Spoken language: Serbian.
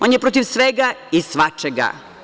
On je protiv svega i svačega.